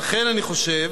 לכן אני חושב